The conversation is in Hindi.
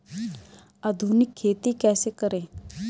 आधुनिक खेती कैसे करें?